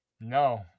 No